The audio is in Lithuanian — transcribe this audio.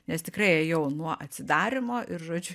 nes tikrai ėjau nuo atsidarymo ir žodžiu